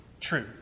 true